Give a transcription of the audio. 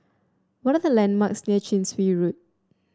what are the landmarks near Chin Swee Road